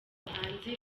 bahanzi